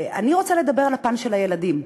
אני רוצה לדבר על הפן של הילדים.